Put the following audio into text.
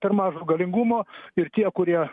per mažo galingumo ir tie kurie